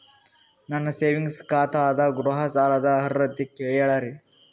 ನನ್ನ ಸೇವಿಂಗ್ಸ್ ಖಾತಾ ಅದ, ಗೃಹ ಸಾಲದ ಅರ್ಹತಿ ಹೇಳರಿ?